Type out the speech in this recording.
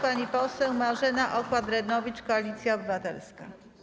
Pani poseł Marzena Okła-Drewnowicz, Koalicja Obywatelska.